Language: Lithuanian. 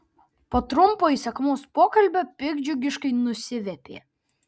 po trumpo įsakmaus pokalbio piktdžiugiškai nusiviepė